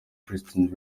pristine